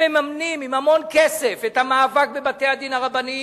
הם מממנים בהמון כסף את המאבק בבתי-הדין הרבניים,